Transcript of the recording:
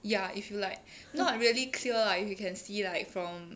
ya if you like not really clear lah you can see like from